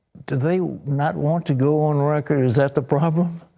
do they not want to go on record? is that the problem?